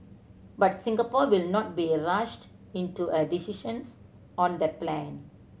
but Singapore will not be rushed into a decisions on the plane